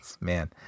man